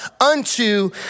unto